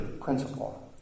Principle